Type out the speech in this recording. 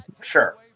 Sure